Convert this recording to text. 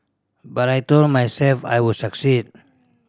but I told myself I would succeed